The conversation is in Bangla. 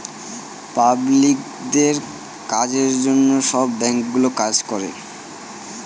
পাবলিকদের কাজের জন্য সব ব্যাঙ্কগুলো কাজ করে